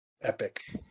Epic